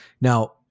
Now